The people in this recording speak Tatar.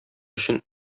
өчен